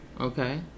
Okay